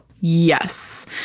Yes